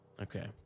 okay